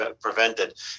prevented